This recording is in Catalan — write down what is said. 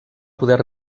poder